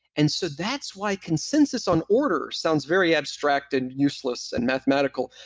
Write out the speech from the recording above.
and so that's why consensus on order sounds very abstract and useless and mathematical,